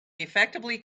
effectively